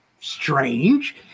strange